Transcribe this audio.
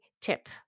tip